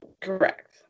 correct